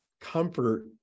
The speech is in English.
comfort